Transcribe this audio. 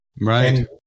right